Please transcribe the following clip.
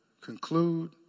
conclude